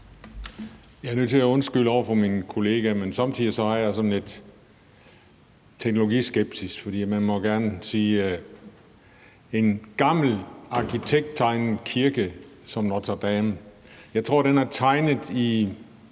Jeg er nødt til at undskylde over for min kollega, men somme tider er jeg lidt teknologiskeptisk. En gammel arkitekttegnet kirke som Notre-Dame er der, tror jeg,